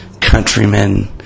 countrymen